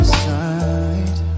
side